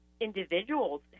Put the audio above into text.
individuals